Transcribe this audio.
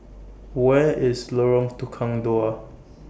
Where IS Lorong Tukang Dua